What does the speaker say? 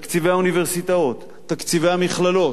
תקציבי האוניברסיטאות, תקציבי המכללות.